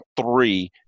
three